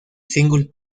single